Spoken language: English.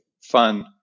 fun